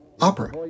opera